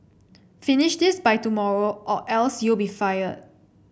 finish this by tomorrow or else you'll be fired